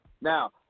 Now